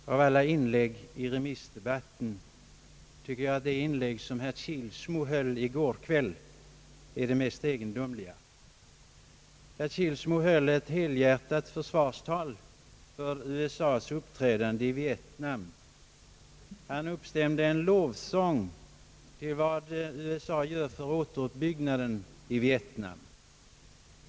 Herr talman! Av alla inlägg i remissdebatten tycker jag att det inlägg herr Kilsmo höll i går kväll är det mest egendomliga. Herr Kilsmo höll ett helhjärtat försvarstal för USA:s uppträdande i Vietnam. Han uppstämde en lovsång till vad USA gör för återuppbyggnaden i Vieinam.